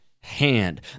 hand